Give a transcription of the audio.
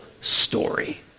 story